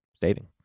saving